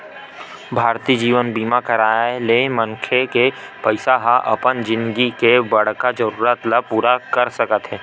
भारतीय जीवन बीमा कराय ले मनखे के पइसा ह अपन जिनगी के बड़का जरूरत ल पूरा कर सकत हे